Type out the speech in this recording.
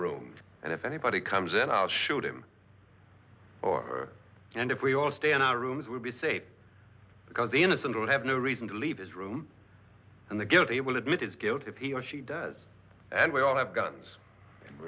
room and if anybody comes in i'll shoot him or her and if we all stay in our rooms we'll be safe because the innocent will have no reason to leave his room and the guilt they will admit his guilt if he or she does and we all have guns and we